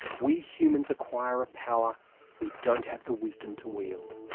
we humans acquire a power we don't have the wisdom to wield.